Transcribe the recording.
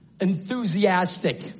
enthusiastic